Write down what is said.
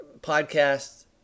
podcasts